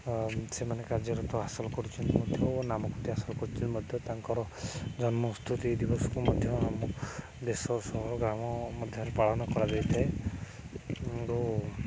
ସେମାନେ କାର୍ଯ୍ୟରତ ହାସଲ କରୁଛନ୍ତି ମଧ୍ୟ ଓ ନାମକୃତି ହାସଲ କରୁଛନ୍ତି ମଧ୍ୟ ତାଙ୍କର ଜନ୍ମସ୍ତୁତି ଦିବସକୁ ମଧ୍ୟ ଦେଶ ସହ ଗ୍ରାମ ମଧ୍ୟରେ ପାଳନ କରାଯାଇଥାଏ ଆ